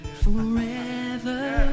forever